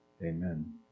Amen